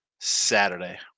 Saturday